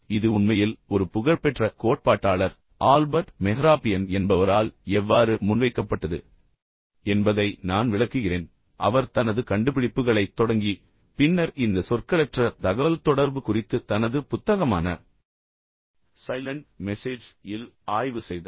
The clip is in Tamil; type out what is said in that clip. இது உண்மையில் ஒரு புகழ்பெற்ற கோட்பாட்டாளர் ஆல்பர்ட் மெஹ்ராபியன் என்பவரால் எவ்வாறு முன்வைக்கப்பட்டது என்பதை நான் விளக்குகிறேன் அவர் தனது கண்டுபிடிப்புகளைத் தொடங்கி பின்னர் இந்த சொற்களற்ற தகவல்தொடர்பு குறித்து தனது புத்தகமான சைலண்ட் மெசேஜ் இல் ஆய்வு செய்தார்